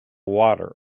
water